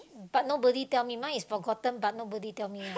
but nobody tell me mine is forgotten but nobody tell me